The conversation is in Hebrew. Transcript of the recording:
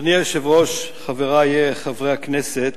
אדוני היושב-ראש, חברי חברי הכנסת,